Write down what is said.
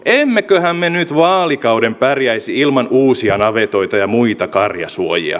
emmeköhän me nyt vaalikauden pärjäisi ilman uusia navetoita ja muita karjasuojia